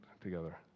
together